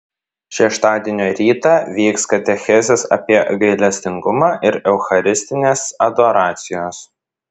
šeštadienio rytą vyks katechezės apie gailestingumą ir eucharistinės adoracijos